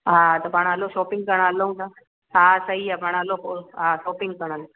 हा त पाण हलूं शॉपिंग करणु हलूं था हा सही आहे पाण हलो पोइ हा शॉपिंग करणु